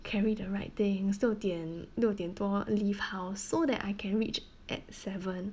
carry the right things 六点六点多 leave house so that I can reach at seven